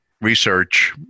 research